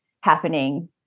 happening